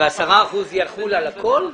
10 אחוזים יחולו על הכול?